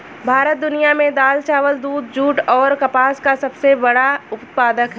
भारत दुनिया में दाल, चावल, दूध, जूट और कपास का सबसे बड़ा उत्पादक है